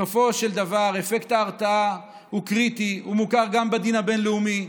בסופו של דבר אפקט ההרתעה הוא קריטי ומוכר גם בדין הבין-לאומי.